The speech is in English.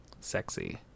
Sexy